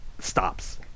stops